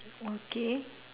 okay